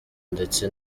ndetse